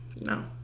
No